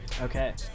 Okay